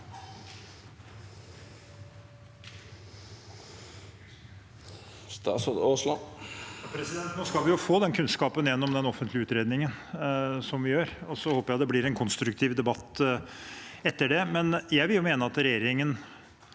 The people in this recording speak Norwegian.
Nå skal vi få den kunnskapen gjennom den offentlige utredningen som vi har varslet. Så håper jeg det blir en konstruktiv debatt etter det. Jeg vil mene at regjeringen